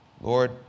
Lord